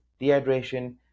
dehydration